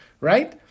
Right